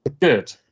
Good